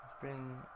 bring